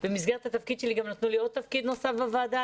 במסגרת התפקיד שלי נתנו לי תפקיד נוסף בוועדה,